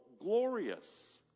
glorious